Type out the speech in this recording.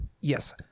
Yes